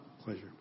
Pleasure